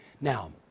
Now